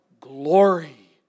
glory